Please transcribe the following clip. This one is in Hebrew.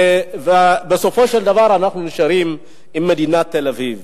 בסופו של דבר, אנחנו נשארים עם מדינת תל-אביב.